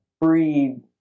breed